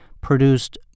produced